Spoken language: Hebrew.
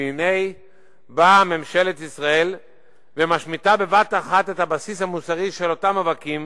והנה באה ממשלת ישראל ומשמיטה בבת-אחת את הבסיס המוסרי של אותם מאבקים